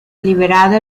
liberado